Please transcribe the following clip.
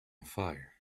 fire